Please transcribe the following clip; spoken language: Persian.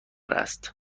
است